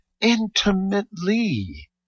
intimately